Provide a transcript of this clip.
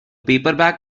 paperback